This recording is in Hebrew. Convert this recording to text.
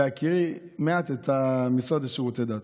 בהכירי מעט את המשרד לשירותי הדת,